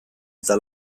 eta